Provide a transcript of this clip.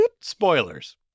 Spoilers